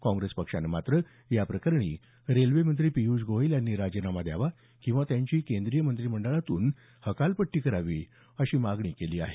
काँग्रेस पक्षानं मात्र या प्रकरणी रेल्वेमंत्री पियूष गोयल यांनी राजीनामा द्यावा किवा त्यांची केंद्रीय मंत्रिमंडळातून हकालपट्टी करावी अशी मागणी केली आहे